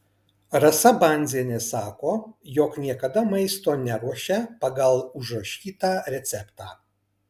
rasa bandzienė sako jog niekada maisto neruošia pagal užrašytą receptą